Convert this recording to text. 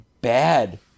bad